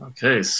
Okay